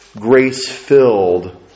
grace-filled